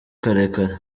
karekare